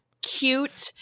cute